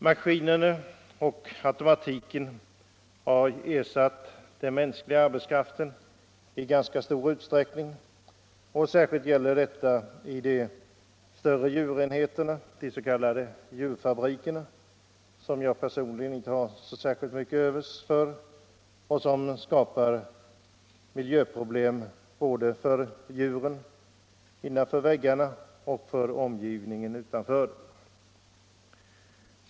Maskinerna och automatiken har ersatt den mänskliga arbetskraften i ganska stor utsträckning. Särskilt gäller detta i de större djurenheterna, de s.k. djurfabrikerna, som jag personligen inte har särskilt mycket till övers för och som skapar miljöproblem både för djuren innanför väggarna och för omgivningen utanför.